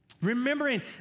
Remembering